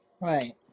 Right